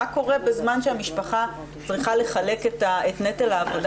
מה קורה בזמן שהמשפחה צריכה לחלק את נטל העבודה